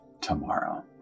tomorrow